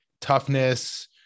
toughness